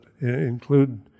include